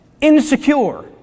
Insecure